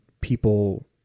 people